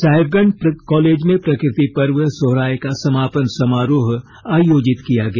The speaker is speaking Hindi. साहिबगंज कॉलेज में प्रकृति पर्व सोहराय का समापन समारोह आयोजित किया गया